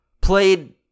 played